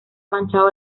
manchado